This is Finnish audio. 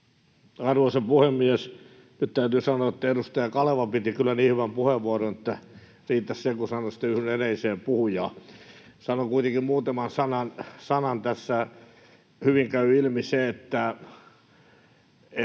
Arvoisa puhemies! Nyt täytyy sanoa, että edustaja Kaleva piti kyllä niin hyvän puheenvuoron, että riittäisi, kun sanoisi, että yhdyn edelliseen puhujaan. Sanon kuitenkin muutaman sanan: Tässä hyvin käy ilmi se, että